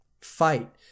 fight